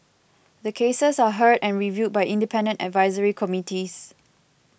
the cases are heard and reviewed by independent advisory committees